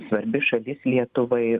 svarbi šalis lietuvai